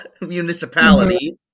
municipality